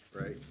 right